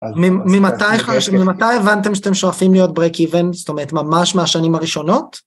ממתי הבנתם שאתם שואפים להיות break even, זאת אומרת ממש מהשנים הראשונות?